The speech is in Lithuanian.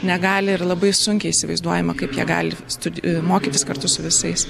negali ir labai sunkiai įsivaizduojama kaip jie gali studi mokytis kartu su visais